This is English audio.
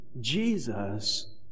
Jesus